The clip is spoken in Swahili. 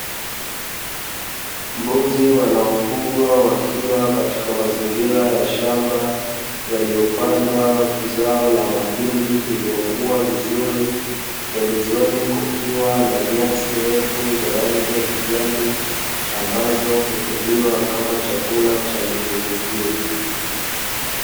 Mbuzi wanaofugwa wakiwa katika mazingira ya shamba ya mahindi yaliopandwa vizuri pembezoni kukiwa na nyasi ambayo hutumiwa kama chakula cha mifugo hiyo